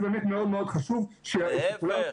זה מאוד חשוב שכולם --- להיפך,